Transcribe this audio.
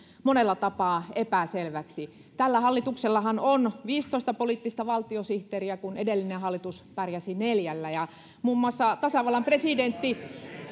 monella tapaa epäselväksi tällä hallituksellahan on viisitoista poliittista valtiosihteeriä kun edellinen hallitus pärjäsi neljällä ja muun muassa tasavallan presidentti